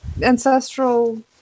ancestral